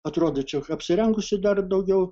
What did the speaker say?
atrodo čia apsirengusi dar daugiau